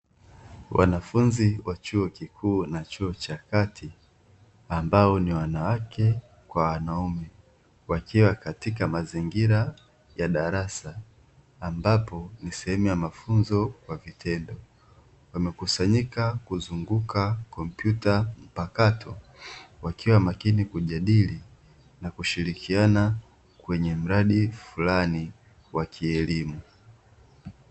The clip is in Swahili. Wanafunzi wa chuo kikuu na chuo cha kati ambao ni wanawake kwa wanaume, wakiwa katika mazingira ya darasa ambapo ni sehemu ya mafunzo kwa vitendo. Wamekusanyika kuzunguka kompyuta mpakato, wakiwa makini kujadili na kushirikiana kwenye miradi fulani wa kielimu.